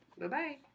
Bye-bye